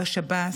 בשב"ס,